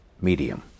medium